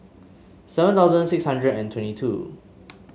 seven thousand six hundred and twenty two